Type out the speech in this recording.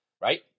Right